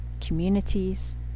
communities